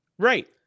right